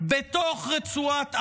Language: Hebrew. בתוך רצועת עזה,